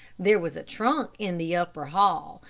there was a trunk in the upper hall,